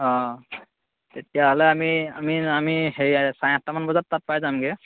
অঁ তেতিয়াহ'লে আমি আমি আমি হেৰি চাৰে আঠটামান বজাত তাত পাই যামগৈ